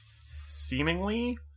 seemingly